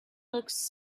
looks